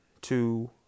two